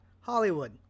Hollywood